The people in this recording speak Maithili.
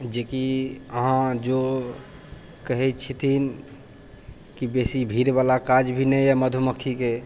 जेकि अहाँ जो कहै छथिन कि बेसी भीड़वला काज भी नहि यऽ मधुमक्खीके